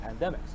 pandemics